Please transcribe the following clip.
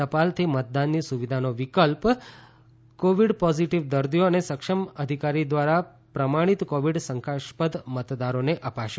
ટપાલથી મતદાનની સુવિધાનો વિકલ્પ કોવીડ પોઝિટિવ દર્દીઓ અને સક્ષમ અધિકારી દ્વારા પ્રમાણિત કોવીડ શંકાસ્પદ મતદારોને આપશે